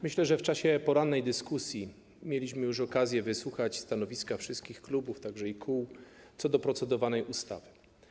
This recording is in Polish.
Myślę, że w czasie porannej dyskusji mieliśmy okazję wysłuchać stanowisk wszystkich klubów, a także kół wobec procedowanej ustawy.